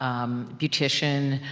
um, beautician,